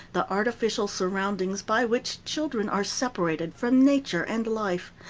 the artificial surroundings by which children are separated from nature and life,